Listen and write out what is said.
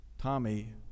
Tommy